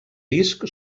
disc